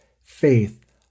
faith